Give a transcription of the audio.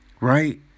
right